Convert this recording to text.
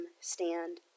stand